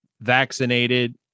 vaccinated